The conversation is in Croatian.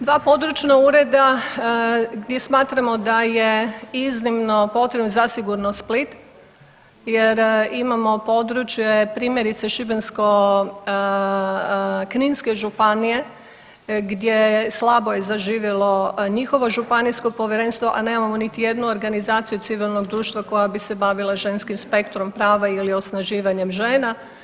Dva područna ureda gdje smatramo da je iznimno potrebno zasigurno Split, jer imamo područje primjerice Šibensko-kninske županije gdje slabo je zaživjelo njihovo županijsko povjerenstvo, a nemamo niti jednu organizaciju civilnog društva koja bi se bavila ženskim spektrom prava ili osnaživanjem žena.